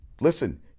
listen